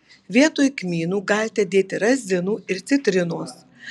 vietoj kmynų galite dėti razinų ir citrinos